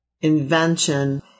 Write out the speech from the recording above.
invention